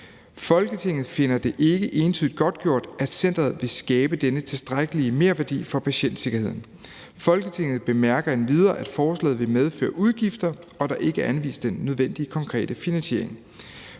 Folketinget finder det ikke entydigt godtgjort, at centeret vil skabe denne tilstrækkelige merværdi for patientsikkerheden. Folketinget bemærker endvidere, at forslaget vil medføre udgifter, og at der ikke er anvist den nødvendige konkrete finansiering.